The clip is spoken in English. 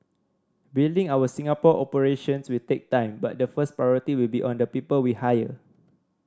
building our Singapore operations will take time but the first priority will be on the people we hire